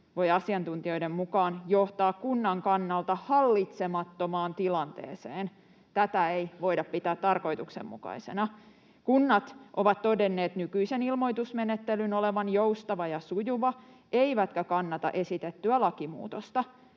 voi asiantuntijoiden mukaan johtaa kunnan kannalta hallitsemattomaan tilanteeseen. Tätä ei voida pitää tarkoituksenmukaisena. Kunnat ovat todenneet nykyisen ilmoitusmenettelyn olevan joustava ja sujuva eivätkä kannata esitettyä lakimuutosta.